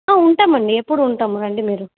ఉంటామండి ఎప్పుడూ ఉంటాం రండి మీరు